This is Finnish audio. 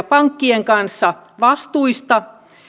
pankkien kanssa vastuista neuvotteluja